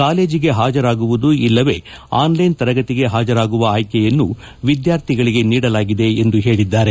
ಕಾಲೇಜಿಗೆ ಹಾಜರಾಗುವುದು ಇಲ್ಲವೇ ಆನ್ಲೈನ್ ತರಗತಿಗೆ ಹಾಜರಾಗುವ ಆಯ್ಲೆಯನ್ನು ವಿದ್ಯಾರ್ಥಿಗಳಿಗೆ ನೀಡಲಾಗಿದೆ ಎಂದು ಹೇಳಿದ್ದಾರೆ